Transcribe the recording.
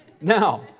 Now